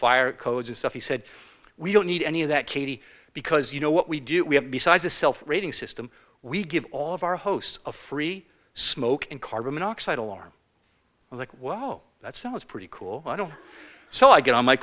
fire codes and stuff he said we don't need any of that katie because you know what we do we have besides a rating system we give all of our hosts a free smoke and carbon monoxide alarm like well that sounds pretty cool i don't so i get on my